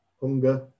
hunger